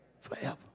forever